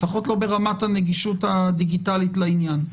לפחות לא ברמת הנגישות הדיגיטלית לעניין.